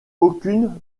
aucune